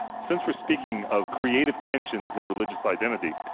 since we're speaking of creative tensions in religious identity,